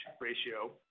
ratio